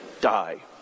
die